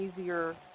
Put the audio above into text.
easier